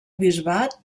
bisbat